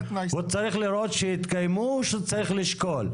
הוא צריך לראות שהם התקיימו או שהוא צריך לשקול?